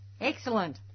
Excellent